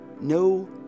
no